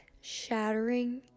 shattering